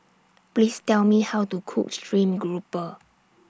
Please Tell Me How to Cook Stream Grouper